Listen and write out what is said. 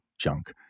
junk